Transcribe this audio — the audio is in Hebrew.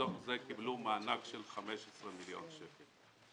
שלצורך כך קיבלו מענק של 15 מיליון שקלים.